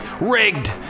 RIGGED